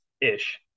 ish